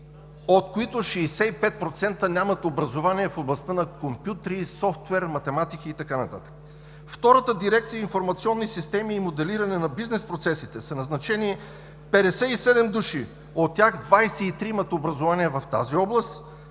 от които 65% нямат образование в областта на компютри, софтуер, математика и така нататък. Във втората дирекция „Информационни системи и моделиране на бизнес процесите“ са назначени 57 души, от тях 23 имат образование в тази област,